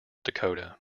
dakota